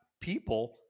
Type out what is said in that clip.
people